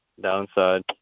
Downside